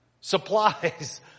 supplies